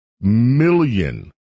million